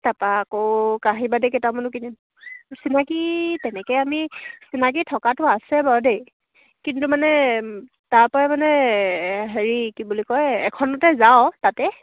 তাৰপৰা আকৌ কাঁহী বাতি কেইটামানো কিনিম চিনাকি তেনেকৈ আমি চিনাকি থকাটো আছে বাৰু দেই কিন্তু মানে তাৰপৰা মানে হেৰি কি বুলি কয় এখনতে যাওঁ তাতে